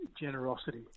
generosity